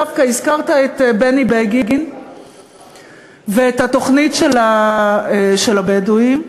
דווקא הזכרת את בני בגין ואת התוכנית לגבי הבדואים,